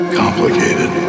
complicated